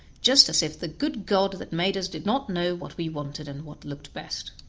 just as if the good god that made us did not know what we wanted and what looked best.